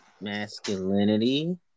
masculinity